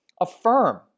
Affirm